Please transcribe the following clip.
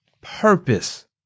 purpose